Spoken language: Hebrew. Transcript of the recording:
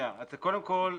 קודם כל,